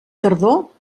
tardor